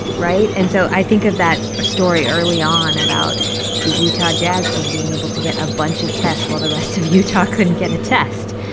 right? and so i think of that story early on about the utah jazz team being able to get a bunch of tests while the rest of utah couldn't get a test.